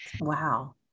Wow